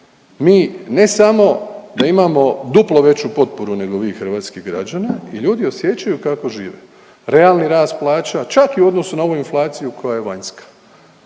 mi ne samo da imamo duplo veću potporu nego vi hrvatski građani i ljudi osjećaju kako žive. Realni rast plaća, čak i u odnosu na ovu inflaciju koja je vanjska,